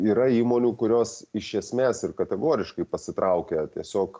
yra įmonių kurios iš esmės ir kategoriškai pasitraukia tiesiog